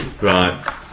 Right